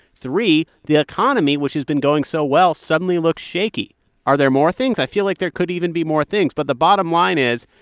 three the economy, which has been going so well, suddenly looks shaky are there more things? i feel like there could even be more things. but the bottom line is,